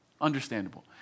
understandable